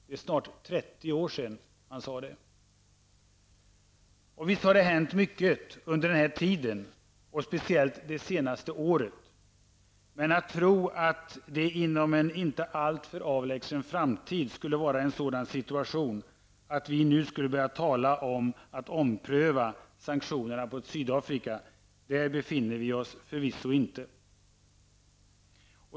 Det är snart 30 år sedan han sade detta. Visst har det hänt mycket under den här tiden och speciellt under det senaste året, men att tro att det inom en inte alltför avlägsen framtid skulle ha blivit en sådan situation att vi nu skulle kunna börja tala om att ompröva sanktionerna mot Sydafrika är inte sannolikt.